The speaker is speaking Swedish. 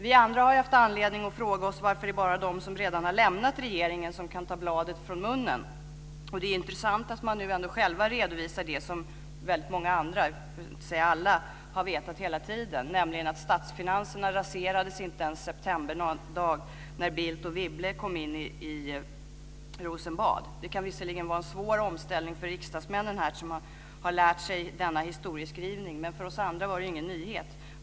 Vi andra har haft anledning att fråga oss varför det bara är de som redan har lämnat regeringen som kan ta bladet från munnen. Det intressanta som man själv redovisar och som väldigt många andra, för att inte säga alla, hela tiden har vetat är ju att statsfinanserna inte raserades en septemberdag då Bildt och Wibble kom in i Rosenbad. Visserligen kan det vara en svår omställning för riksdagsmännen här som lärt sig denna historieskrivning men för oss andra var det ingen nyhet.